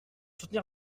soutenir